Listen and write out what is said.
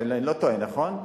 אני לא טועה, נכון?